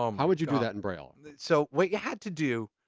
um how would you do that in braille? and so, what you had to do,